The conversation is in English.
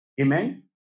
Amen